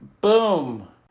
Boom